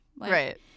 Right